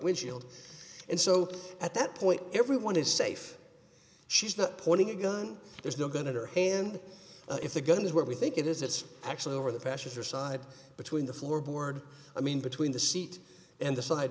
windshield and so at that point everyone is safe she's not pointing a gun there's no gun at her and if the gun is what we think it is it's actually over the passenger side between the floorboard i mean between the seat and